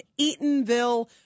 Eatonville